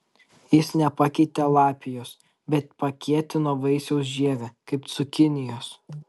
jis nepakeitė lapijos bet pakietino vaisiaus žievę kaip cukinijos